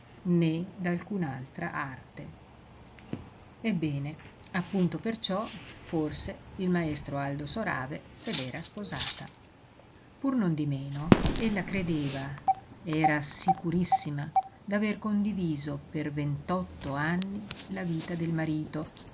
né di poesia né d'alcun'altra arte ebbene appunto perciò forse il maestro aldo sorave se l'era sposata pur non di meno ella credeva era sicurissima d'aver condiviso per vent'otto anni la vita del marito